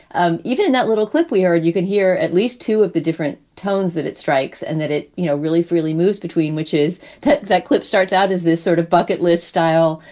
and even and that little clip we heard, you can hear at least two of the different tones that it strikes and that it, you know, really freely moves between, which is that that clip starts out as this sort of bucket list style,